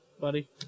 buddy